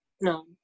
no